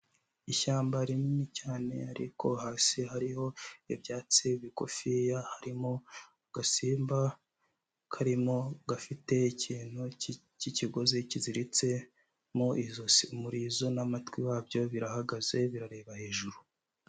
Ishyamba rinini cyane, ariko hasi hariho ibyatsi bigufiya. Harimo agasimba karimo, gafite ikintu cy'ikigozi kiziritse mu ijosi, umurizo n'amatwi wabyo birahagaze, birareba hejuru.